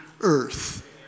earth